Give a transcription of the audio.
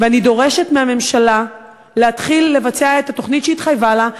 ואני דורשת מהממשלה להתחיל לבצע את התוכנית שהיא התחייבה לה,